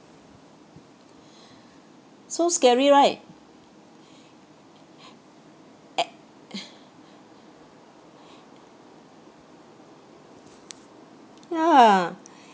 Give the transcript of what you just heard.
so scary right ac~ yeah